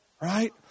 Right